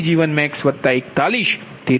18Pg1max41